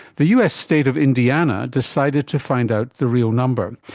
the us state of indiana decided to find out the real number.